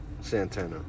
Santana